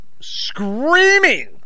screaming